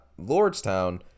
Lordstown